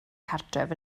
cartref